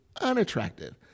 unattractive